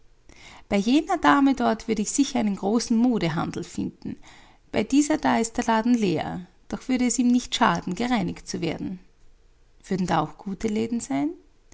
bei jener dame dort würde ich sicher einen großen modehandel finden bei dieser da ist der laden leer doch würde es ihm nicht schaden gereinigt zu werden würden da auch gute läden sein